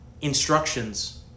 instructions